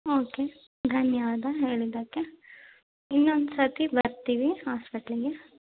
okay ಧನ್ಯವಾದ ಹೇಳಿದ್ದಕ್ಕೆ ಇನ್ನೊಂದು ಸತಿ ಬರ್ತೀವಿ ಹೊಸ್ಪೆಟ್ಲ್ಗೆ